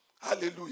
Hallelujah